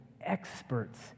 experts